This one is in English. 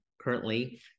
currently